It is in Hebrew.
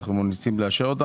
שאנחנו ממליצים לאשר.